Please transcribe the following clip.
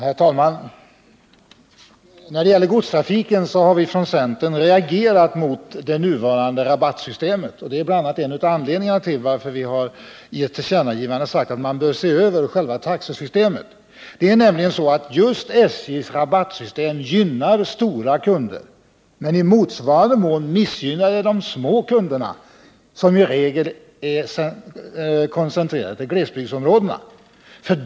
Herr talman! När det gäller godstrafiken har centern reagerat mot det nuvarande rabattsystemet, och det är en av anledningarna till att vi i ett tillkännagivande har sagt att man bör se över själva taxesystemet. SJ:s rabattsystem gynnar stora kunder och missgynnar i motsvarande mån de små kunderna, som i regel är koncentrerade till glesbygdsområdena.